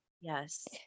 yes